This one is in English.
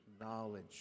knowledge